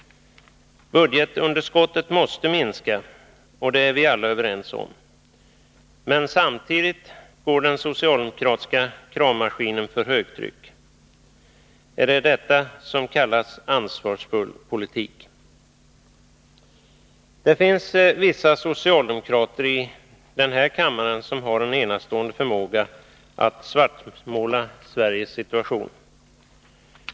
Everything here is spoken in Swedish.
Budgetunderskottet måste minska — och det är vi alla överens om — men samtidigt går den socialdemokratiska kravmaskinen för högtryck. Är det detta som kallas ansvarsfull politik? Det finns vissa socialdemokrater i den här kammaren som har en enastående förmåga att svartmåla Sveriges situation.